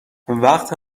وقت